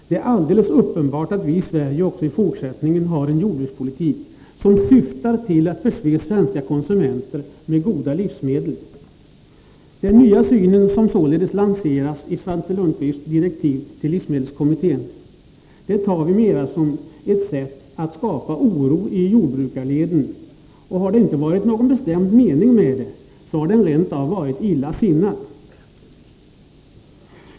Det är alldeles uppenbart att vi i Sverige också i fortsättningen skall ha en jordbrukspolitik som syftar till att förse svenska konsumenter med goda livsmedel. Att Svante Lundkvist i direktiven till livsmedelskommittén lanserar en ny syn på jordbrukspolitiken ser vi som ett sätt att skapa oro i jordbrukarleden. Om det inte har varit någon bestämd mening med lanseringen av denna nya syn, har den rent av varit illa sinnad.